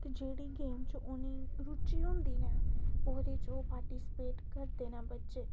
ते जेह्ड़ी गेम च उ'नेंई रुचि होंदी न ओह्दे च ओह् पार्टिस्पेट करदे न बच्चे